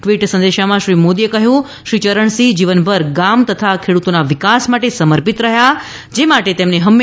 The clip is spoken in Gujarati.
ટ્વીટ સંદેશમાં શ્રી મોદી કહ્યું કે શ્રી ચરણસિંહ જીવનભર ગામ તથા ખેડૂતોના વિકાસ માટે સમર્પિત રહ્યા જે માટે તેમને હંમેશાં યાદ રખાશે